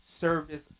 service